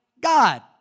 God